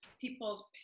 people's